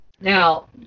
now